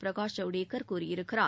பிரகாஷ் ஜவுடேகர் கூறியிருக்கிறார்